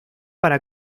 para